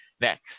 Next